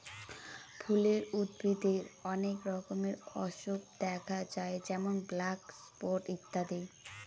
ফুলের উদ্ভিদে অনেক রকমের অসুখ দেখা যায় যেমন ব্ল্যাক স্পট ইত্যাদি